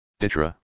Ditra